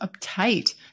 uptight